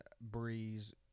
Breeze